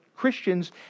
Christians